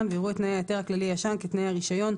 ויראו את תנאי ההיתר הכללי הישן כתנאי הרישיון,